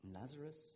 Lazarus